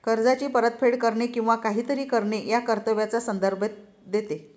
कर्जाची परतफेड करणे किंवा काहीतरी करणे या कर्तव्याचा संदर्भ देते